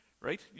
Right